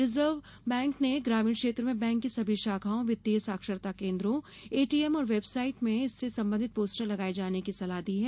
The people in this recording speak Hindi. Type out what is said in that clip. रिजर्व बैंक ने ग्रामीण क्षेत्र में बैंक की सभी शाखाओं वित्तीय साक्षरता केन्द्रों एटीएम और वेबसाइट में इससे संबंधित पोस्टर लगाए जाने की सलाह दी है